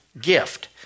gift